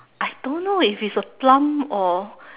I don't know if it's a plum or